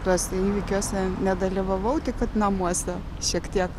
tuose įvykiuose nedalyvavau tik kad namuose šiek tiek